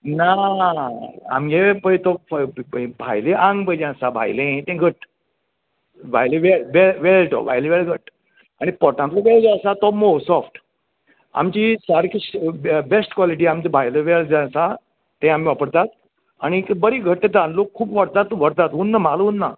ना आमगेले पळय तो भायले आंग पळय जें आसा भायले ते घट भायलो बेळ बे वेळ तो भायलो वेळ घट्ट आनी पोटांतलो पळय जो आसा तो मोव सॉफ्ट आमची सारकी बेस्ट क्वालिटी आमची भायली वेळ जे आसा तें आमी वापरतात आनी बरी घट्ट ताल्लूक खूब व्हरतना व्हरतात उरना म्हाल उरना